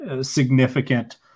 significant